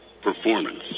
performance